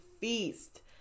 feast